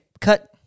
cut